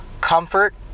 comfort